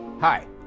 Hi